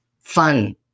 fun